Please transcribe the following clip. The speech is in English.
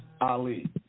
Ali